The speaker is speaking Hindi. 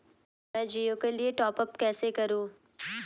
मैं जिओ के लिए टॉप अप कैसे करूँ?